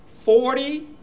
forty